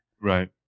Right